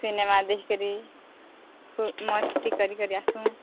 cinema ଦେଖି କରି ଖୁବ୍ ମସ୍ତି କରି କରି ଆସିବୁ